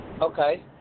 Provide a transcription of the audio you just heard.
Okay